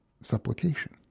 supplication